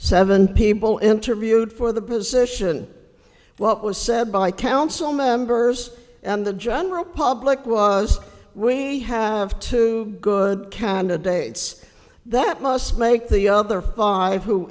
seven people interviewed for the position what was said by council members and the general public was we have two good candidates that must make the other five who